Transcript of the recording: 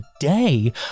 today